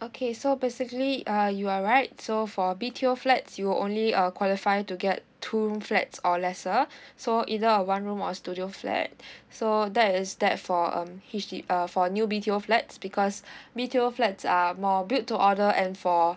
okay so basically uh you are right so for B_T_O flats you'll only uh qualify to get two room flats or lesser so either a one room or studio flat so that is that for um H D uh for a new B_T_O flats because B_T_O flats are more build to order and for